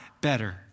better